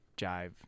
jive